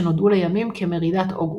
שנודעו לימים כ"מרידת אוגוסט".